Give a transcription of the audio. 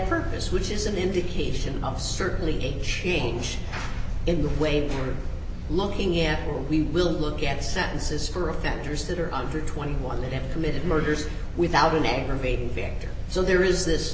purpose which is an indication of certainly age range in the way they are looking at will we will look at sentences for offenders that are under twenty one dollars that committed murders without an aggravating factor so there is this